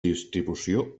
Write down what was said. distribució